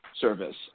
service